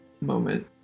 moment